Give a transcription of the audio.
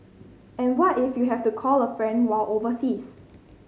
and what if you have to call a friend while overseas